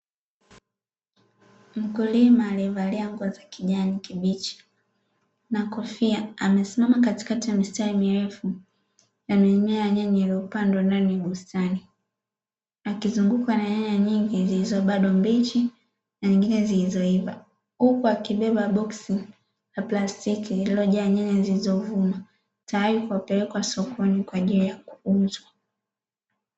Mkulima alivalia nguo za kijani kibichi na kofia amesimama katikati ya mistari mirefu ya mimea ya nyanya iliyopandwa ndani ya bustani, akizungukwa na nyanya nyingi zilizo bado mbichi na nyingine zilizoiva huku akibeba boksi la plastiki lililojaa nyanya zilizovunwaa tayari kwa kupelekwa sokoni kwa ajili ya kuuzwa.